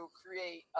create